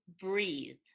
breathe